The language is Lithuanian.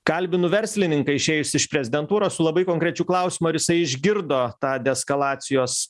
kalbinu verslininką išėjusį iš prezidentūros su labai konkrečiu klausimu ar jisai išgirdo tą deeskalacijos